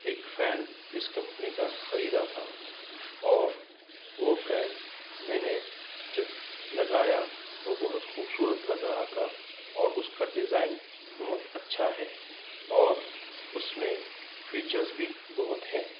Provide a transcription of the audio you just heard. ایک فین اس کمپنی کا خریدا تھا اور وہ فین میں نے جب لگایا تو بہت خوبصورت لگ رہا تھا اور اس کا ڈیزائن بہت اچھا ہے اور اس میں فیچرس بھی بہت ہیں